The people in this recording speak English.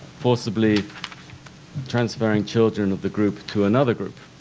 forcibly transferring children of the group to another group.